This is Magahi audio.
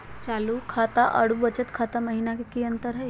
चालू खाता अरू बचत खाता महिना की अंतर हई?